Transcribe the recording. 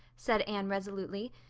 said anne resolutely.